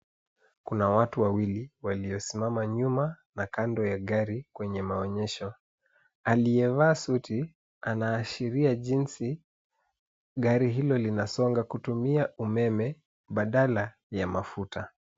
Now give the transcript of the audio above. Kuna watu wawili waliosimama nyuma na kando ya gari kwenye maonyesho. Aliyevaa suti anashiria jinsi gari hilo linasonga kutumia umeme badala ya mafuta.